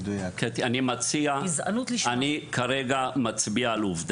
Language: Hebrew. זה לא משנה.